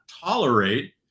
tolerate